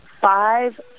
Five